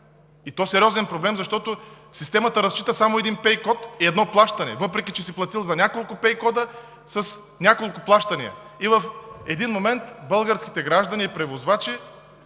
и то сериозен проблем. Системата разчита само един пей код и едно плащане, въпреки че си платил за няколко пей кода с няколко плащания. И в един момент българските граждани и превозвачи